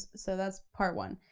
so that's part one.